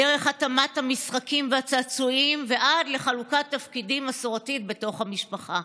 דרך התאמת המשחקים והצעצועים ועד לחלוקת תפקידים מסורתית בתוך המשפחה.